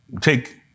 Take